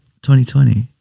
2020